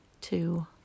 two